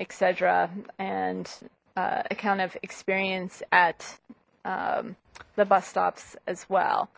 etc and account of experience at the bus stops as well